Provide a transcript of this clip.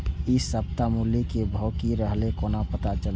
इ सप्ताह मूली के भाव की रहले कोना पता चलते?